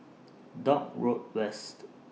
Dock Road West